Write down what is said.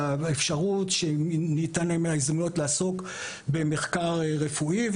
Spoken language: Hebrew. הזדמנויות לעסוק במחקר רפואי.